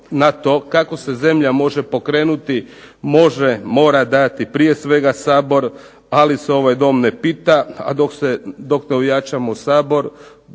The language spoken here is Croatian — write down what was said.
na to kako se zemlja može pokrenuti može, mora dati prije svega Sabor ali se ovaj Dom ne pita. A dok ne ojačamo Sabor,